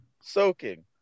Soaking